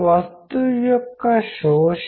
చిత్రాలు మరియు వస్తువులు కమ్యూనికేట్ చేస్తాయి